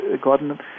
Gordon